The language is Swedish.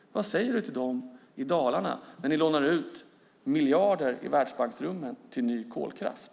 Vad säger du till dem i Dalarna när ni lånar ut miljarder i världsbanksrummen till ny kolkraft?